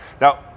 Now